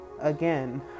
again